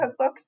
cookbooks